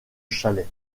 chalais